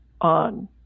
on